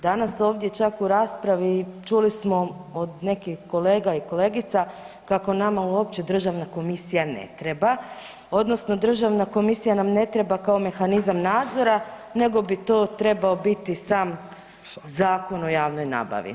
Danas ovdje čak u raspravi čuli smo od nekih kolega i kolegica kako nama uopće državna komisija ne treba odnosno državna komisija nam ne treba kao mehanizam nadzora, nego bi to trebao biti sam Zakon o javnoj nabavi.